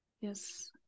yes